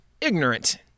ignorant